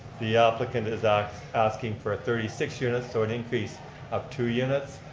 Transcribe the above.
the applicant is ah asking for a thirty six units, so an increase of two units.